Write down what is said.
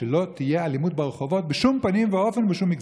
כדי שלא תהיה אלימות ברחובות בשום פנים ואופן בשום מגזר.